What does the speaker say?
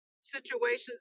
situations